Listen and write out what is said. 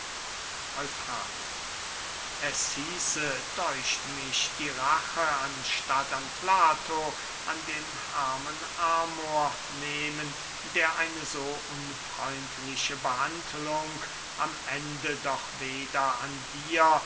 eufranor es hieße däucht mich die rache anstatt an plato an dem armen amor nehmen der eine so unfreundliche behandlung am ende doch weder an dir